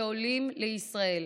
שעולים לישראל,